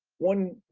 one,